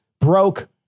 broke